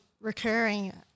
recurring